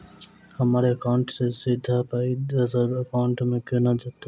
हम्मर एकाउन्ट सँ सीधा पाई दोसर एकाउंट मे केना जेतय?